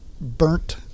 burnt